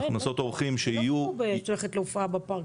--- זה לא כמו שאת הולכת להופעה בפארק,